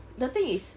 and the thing is